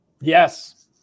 Yes